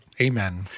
Amen